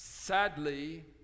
Sadly